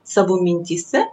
savo mintyse